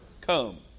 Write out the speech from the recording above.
come